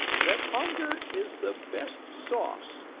that hunger is the best sauce!